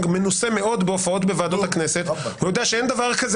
מנוסה מאוד בהופעות בוועדות הכנסת ויודע שאין דבר כזה